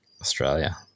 Australia